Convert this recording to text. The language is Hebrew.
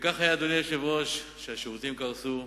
וכך היה, אדוני היושב-ראש, השירותים קרסו,